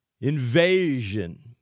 invasion